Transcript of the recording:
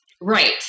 Right